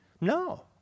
No